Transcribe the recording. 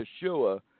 Yeshua